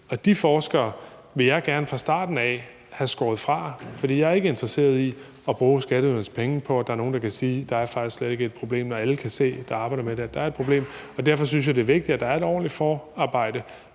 og de forskere vil jeg gerne fra starten af have skåret fra. For jeg er ikke interesseret i at bruge skatteydernes penge på, at der er nogle, der kan sige, at der faktisk slet ikke er et problem, når alle, der arbejder med det, kan se, at der er et problem, og derfor synes jeg, det er vigtigt, at der er et ordentligt forarbejde,